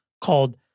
called